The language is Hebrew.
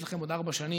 יש לכם עוד ארבע שנים.